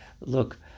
look